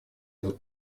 этот